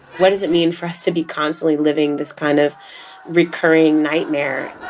what does it mean for us to be constantly living this kind of recurring nightmare?